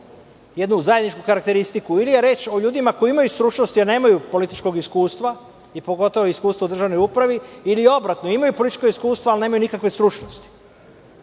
jednu zajedničku karakteristiku. Ili je reč o ljudima koji imaju stručnost jer nemaju političkog iskustva i pogotovo iskustva u državnoj upravi ili obratno, imaju politička iskustva, ali nemaju nikakve stručnosti,